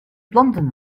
planten